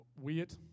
Weird